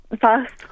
fast